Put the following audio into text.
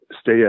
stay